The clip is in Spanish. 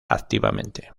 activamente